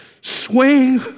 swing